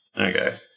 Okay